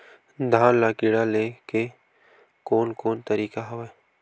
धान ल कीड़ा ले के कोन कोन तरीका हवय?